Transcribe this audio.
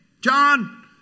John